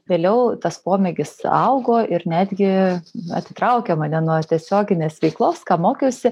vėliau tas pomėgis augo ir netgi atitraukė mane nuo tiesioginės veiklos ką mokiausi